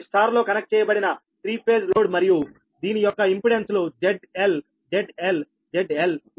ఇది స్టార్ లో కనెక్ట్ చేయబడిన 3 ఫేజ్ లోడ్ మరియు దీని యొక్క ఇంపెడెన్స్ లు ZL ZL ZL